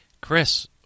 Chris –